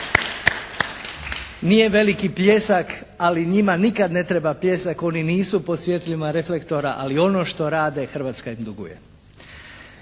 Nije veliki pljesak, ali njima nikad ne treba pljesak. Oni nisu pod svjetlima reflektora, ali ono što rade Hrvatska im duguje.